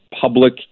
public